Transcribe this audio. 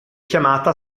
chiamata